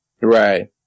right